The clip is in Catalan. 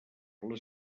les